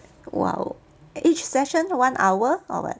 !wow! each session one hour or what